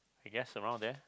I guess around there